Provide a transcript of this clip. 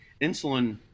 insulin –